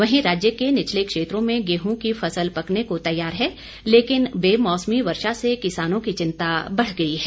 वहीं राज्य के निचले क्षेत्रों में गेहूं की फसल पकने को तैयार है लेकिन बेमौसमी वर्षा से किसानों की चिंता बढ़ गई है